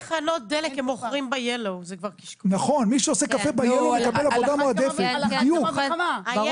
קנסות מינהליים עולה בקרב הרבה מאוד אנשים מהשטח וגם